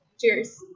Cheers